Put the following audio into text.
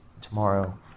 tomorrow